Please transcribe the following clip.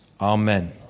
Amen